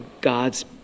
God's